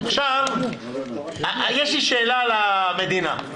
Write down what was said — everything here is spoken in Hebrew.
עכשיו, יש לי שאלה למדינה.